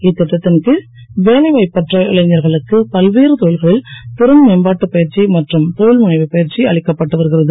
இத்திட்டத்தின் கீழ் வேலை வாய்ப்பற்ற இளைஞர்களுக்கு பல்வேறு தொழில்களில் திறன்மேம்பாட்டு பயிற்சி மற்றும் தொழில் முனைவு பயிற்சி அளிக்கப்பட்டு வருகிறது